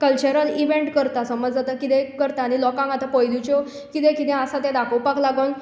cultural event करता समज आतां कितेंय करता न्ही लोकांक आतां पयलींच्यो कितें कितें आसा तें दाखोवपाक लागून